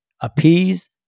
appease